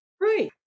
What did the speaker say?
Right